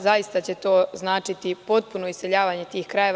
Zaista će to značiti potpuno iseljavanje tih krajeva.